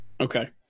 Okay